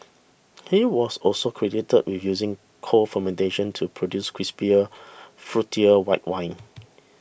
he was also credited with using cold fermentation to produce crisper fruitier white wines